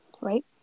right